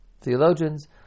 theologians